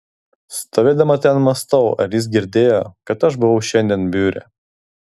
stovėdama ten mąstau ar jis girdėjo kad aš buvau šiandien biure